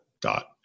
dot